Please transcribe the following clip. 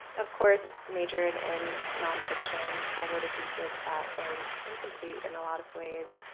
of course, majored in nonfiction. i wrote a thesis that was incomplete in a lot of ways.